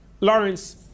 Lawrence